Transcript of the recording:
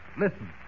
listen